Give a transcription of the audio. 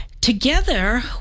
together